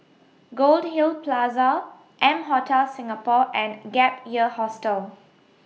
Goldhill Plaza M Hotel Singapore and Gap Year Hostel